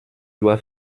dois